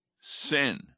sin